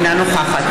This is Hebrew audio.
אינה נוכחת